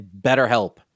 BetterHelp